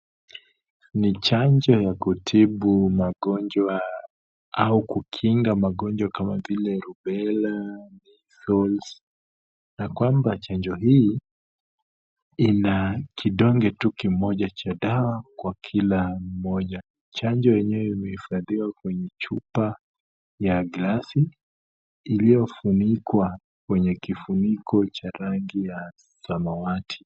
Ni chanjo ya kutibu magonjwa au kukinga magonjwa kama vile rupela, measles na kwamba chanjo hii ina kidonge tu kimoja cha dawa Kwa kila moja .Chanjo yenyewe imeifadiwa kwenye chupa ya glasi iliyofunikwa kwenye kifuniko ya rangi ya samawati.